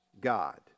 God